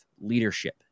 leadership